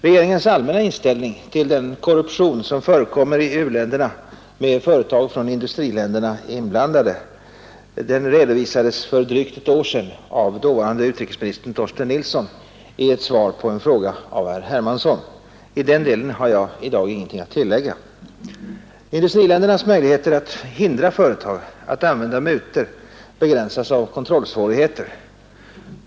Regeringens allmänna inställning till den korruption som förekommer i u-länderna med företag från industriländerna inblandade redovisades för drygt ett år sedan av dåvarande utrikesministern Torsten Nilsson i ett svar på en fråga av herr Hermansson. I den delen har jag i dag ingenting att tillägga. Industriländernas möjligheter att hindra företag att använda mutor begränsas av kontrollsvårigheterna.